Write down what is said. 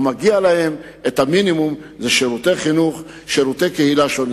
ומגיע להם המינימום של שירותי חינוך ושירותי קהילה.